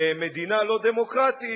למדינה לא דמוקרטית,